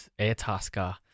Airtasker